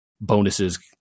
bonuses